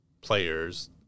players